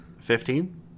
Fifteen